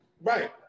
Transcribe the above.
Right